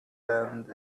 bend